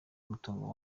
mutungo